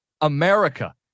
America